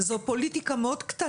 זו פוליטיקה מאוד קטנה.